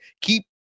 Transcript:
keep